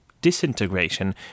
disintegration